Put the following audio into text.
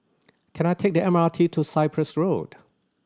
can I take the M R T to Cyprus Road